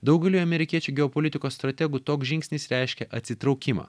daugeliui amerikiečių geopolitikos strategų toks žingsnis reiškia atsitraukimą